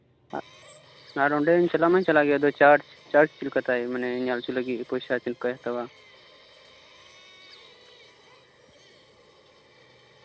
ᱟᱨ ᱚᱸᱰᱮ ᱪᱟᱞᱟᱣ ᱢᱟᱹᱧ ᱪᱟᱞᱟᱜ ᱜᱮ ᱟᱫᱚ ᱪᱟᱨᱡ ᱪᱟᱨᱡ ᱪᱮᱫ ᱞᱮᱠᱟ ᱛᱟᱭ ᱢᱟᱱᱮ ᱧᱮᱞ ᱦᱚᱪᱩᱜ ᱞᱟᱹᱜᱤᱫ ᱯᱚᱭᱥᱟ ᱪᱮᱫ ᱞᱮᱠᱟᱭ ᱦᱟᱛᱟᱣᱟ